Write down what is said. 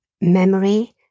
Memory